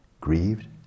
grieved